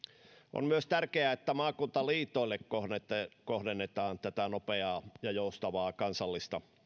on myös tärkeää että maakuntaliitoille kohdennetaan kohdennetaan tätä nopeaa ja joustavaa kansallista